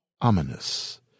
ominous